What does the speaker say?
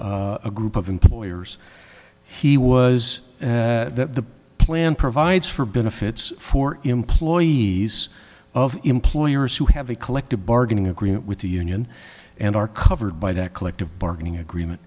a group of employers he was the plan provides for benefits for employees of employers who have a collective bargaining agreement with the union and are covered by that collective bargaining agreement